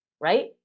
right